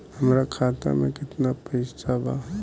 हमरा खाता मे केतना पैसा बा?